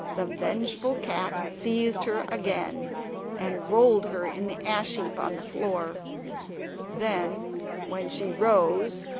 the vengeful cat seized her again and rolled her in the ash-heap on the floor then when she rose,